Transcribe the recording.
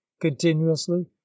continuously